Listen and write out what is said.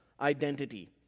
identity